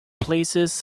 places